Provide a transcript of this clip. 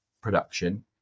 production